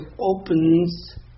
opens